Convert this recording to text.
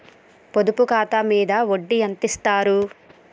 పొదుపు ఖాతా మీద వడ్డీ ఎంతిస్తరు?